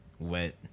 Wet